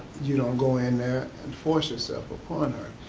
you don't go in there and force yourself upon her.